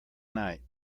night